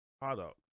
product